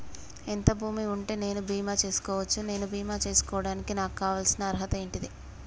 ఎంత భూమి ఉంటే నేను బీమా చేసుకోవచ్చు? నేను బీమా చేసుకోవడానికి నాకు కావాల్సిన అర్హత ఏంటిది?